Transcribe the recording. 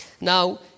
Now